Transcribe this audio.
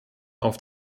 auf